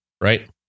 Right